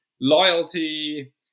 loyalty